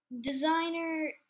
designer